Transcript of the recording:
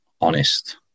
honest